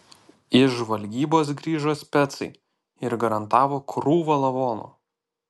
iš žvalgybos grįžo specai ir garantavo krūvą lavonų